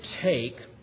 take